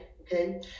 Okay